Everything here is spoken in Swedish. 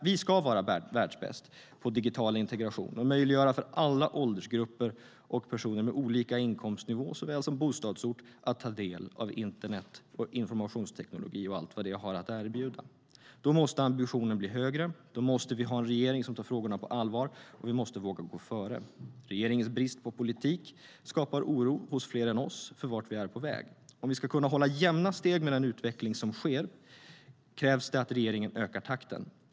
Vi ska vara världsbäst på digital integration och möjliggöra för alla åldersgrupper och personer med olika inkomstnivå såväl som bostadsort att ta del av internet och informationsteknologi och allt vad de har att erbjuda. Då måste ambitionen bli högre. Då måste vi ha en regering som tar frågorna på allvar, och vi måste våga gå före. Regeringens brist på politik skapar oro hos fler än oss för vart vi är på väg. Om vi ska kunna hålla jämna steg med utvecklingen krävs det att regeringen ökar takten.